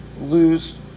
lose